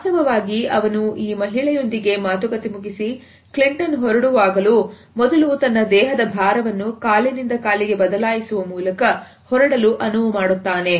ವಾಸ್ತವವಾಗಿ ಅವನು ಈ ಮಹಿಳೆಯೊಂದಿಗೆ ಮಾತುಕತೆ ಮುಗಿಸಿ ಕ್ಲಿಂಟನ್ ಹೊರಡುವಾಗಲೂ ಮೊದಲು ತನ್ನ ದೇಹದ ಭಾರವನ್ನು ಕಾಲಿನಿಂದ ಕಾಲಿಗೆ ಬದಲಾಯಿಸುವ ಮೂಲಕ ಹರಡಲು ಅನುವು ಮಾಡುತ್ತಾನೆ